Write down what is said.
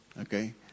okay